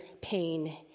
pain